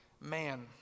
man